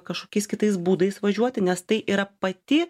kažkokiais kitais būdais važiuoti nes tai yra pati